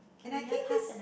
and I think this